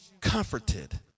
comforted